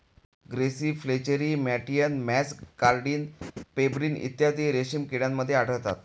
grasserie flacherie मॅटियन muscardine pebrine इत्यादी रेशीम किड्यांमध्ये आढळतात